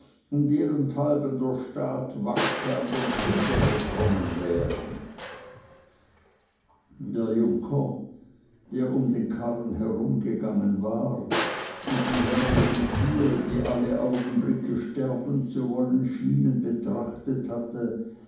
um derenthalben der staat wanke an den schinder gekommen wären der junker der um den karren herumgegangen war und die jämmerlichen tiere die alle augenblicke sterben zu wollen schienen betrachtet hatte